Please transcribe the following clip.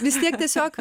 vis tiek tiesiog